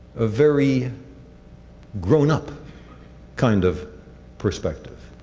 ah very grown up kind of perspective.